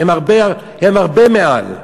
הן הרבה מעל,